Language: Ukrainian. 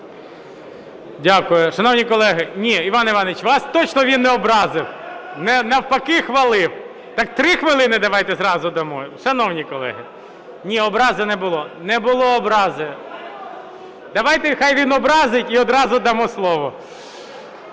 Дякую. Шановні колеги… Ні, Іван Іванович, вас точно він не образив. Навпаки - хвалив. Так 3 хвилини давайте одразу дамо. Шановні колеги! (Шум у залі) Ні, образи не було. Не було образи. Давайте хай він образить - і одразу дамо слово.